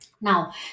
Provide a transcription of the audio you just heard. Now